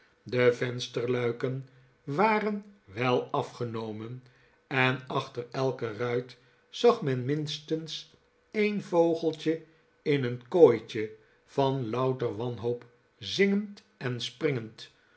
de vensterluiken waren wel afgenomen en achter elke ruit zag men minstens een vogeltje in een kooitje van louter wanhoop zingend en springend